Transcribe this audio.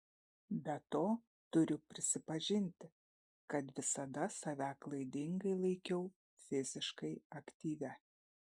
be to turiu prisipažinti kad visada save klaidingai laikiau fiziškai aktyvia